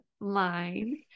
line